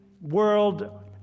world